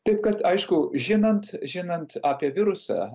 taip kad aišku žinant žinant apie virusą